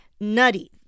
Nutty